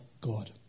God